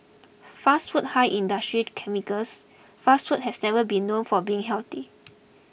fast food high in industrial chemicals fast food has never been known for being healthy